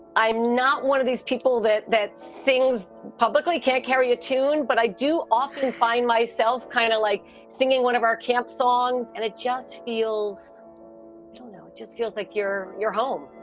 i'm not one of these people that that sings publicly, can't carry a tune. but i do often find myself kind of like singing one of our camp songs. and it just feels, i don't know, it just feels like you're your home